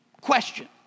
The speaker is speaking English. question